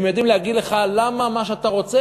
הם יודעים להגיד לך למה מה שאתה רוצה,